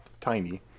tiny